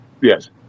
Yes